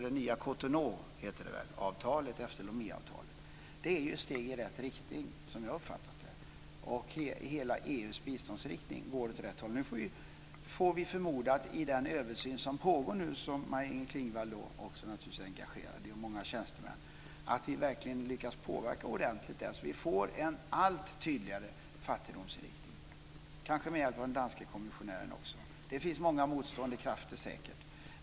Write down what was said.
Det nya Cotonau-avtalet, som träffades efter Loméavtalet, är ett steg i rätt riktning, som jag har uppfattat det. Hela EU:s biståndsinriktning går åt rätt håll. Vi får förmoda att man i den översyn som nu pågår, som Maj-Inger Klingvall och många tjänstemän är engagerade i, verkligen lyckas att påverka så att det blir en allt tydligare fattigdomsinriktning, kanske med hjälp av den danske kommissionären. Det finns säkert många motsvarande krafter.